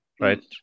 Right